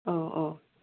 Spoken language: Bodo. अ अ